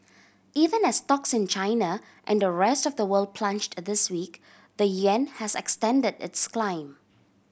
even as stocks in China and the rest of the world plunged a this week the yuan has extended its climb